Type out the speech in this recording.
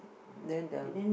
then the